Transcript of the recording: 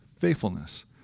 faithfulness